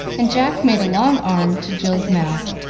and jack made a long arm to jill's mouth,